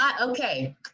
Okay